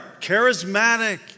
charismatic